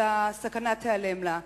הסכנה תיעלם לה.